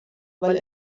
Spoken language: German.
weil